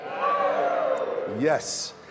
Yes